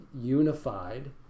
unified